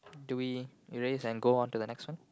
do we erase and go on to the next one